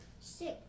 Six